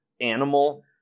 Animal